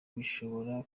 bishobora